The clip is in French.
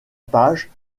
page